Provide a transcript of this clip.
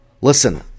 Listen